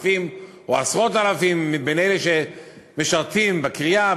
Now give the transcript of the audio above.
אלפים או עשרות אלפים מאלה שמשרתים בקריה,